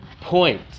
point